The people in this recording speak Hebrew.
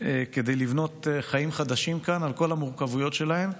כדי לבנות חיים חדשים כאן, על כל המורכבויות שלהם,